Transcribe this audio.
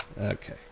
Okay